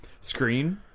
screen